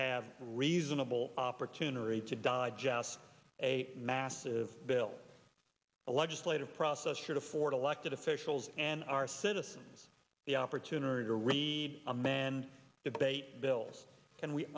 have reasonable opportunity to digest a massive bill a legislative process to afford elected officials and our citizens the opportunity to reach a man debate bills and we